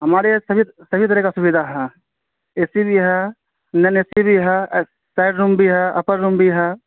ہمارے یہاں سبھی سبھی طرح کا سودھا ہیں اے سی بھی ہے نن اے سی بھی ہے سائڈ روم بھی ہے اپر روم بھی ہے